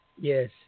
Yes